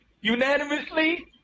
unanimously